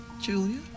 Julia